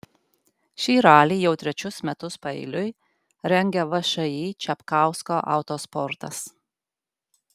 šį ralį jau trečius metus paeiliui rengia všį čapkausko autosportas